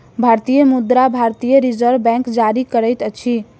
भारतीय मुद्रा भारतीय रिज़र्व बैंक जारी करैत अछि